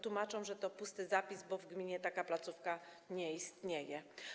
Tłumaczą, że to pusty zapis, bo w gminie taka placówka nie istnieje.